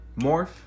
morph